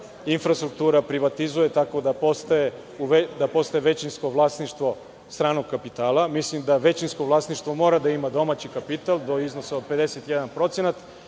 infrastruktura privatizuje tako da postaje većinsko vlasništvo stranog kapitala. Mislim da većinsko vlasništvo mora da ima domaći kapital do iznosa od 51%,